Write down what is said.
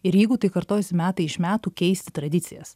ir jeigu tai kartojasi metai iš metų keisti tradicijas